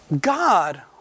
God